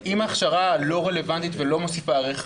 התפיסה היא מוטעית כי אם הכשרה היא לא רלוונטית ולא מוסיפה ערך,